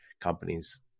companies